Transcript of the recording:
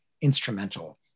instrumental